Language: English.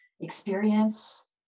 experience